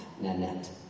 Nanette